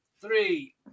three